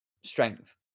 strength